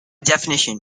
definition